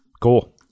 Cool